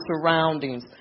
surroundings